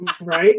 right